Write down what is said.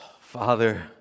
Father